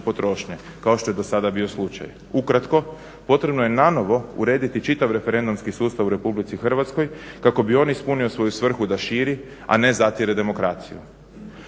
potrošnje, kao što je do sada bio slučaj. Ukratko, potrebno je nanovo urediti čitav referendumski sustav u Republici Hrvatskoj kako bi on ispunio svoju svrhu da širi, a ne zatire demokraciju.